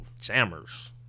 jammers